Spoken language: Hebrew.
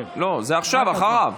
זה עכשיו, אחריו.